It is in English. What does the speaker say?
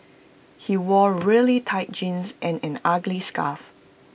he wore really tight jeans and an ugly scarf